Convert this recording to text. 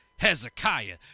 Hezekiah